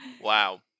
Wow